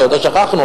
שאותו שכחנו,